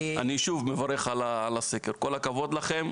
אני שוב מברך על הסקר, כל הכבוד לכם,